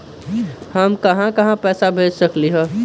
हम कहां कहां पैसा भेज सकली ह?